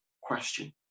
question